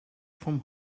from